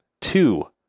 Two